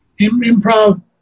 Improv